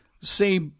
say